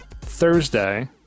Thursday